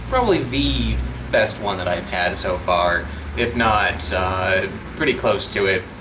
probably the best one that i've had so far if not pretty close to it.